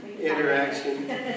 Interaction